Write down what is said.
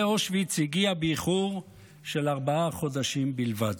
אושוויץ הגיע באיחור של ארבעה חודשים בלבד.